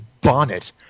Bonnet